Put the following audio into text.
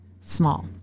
small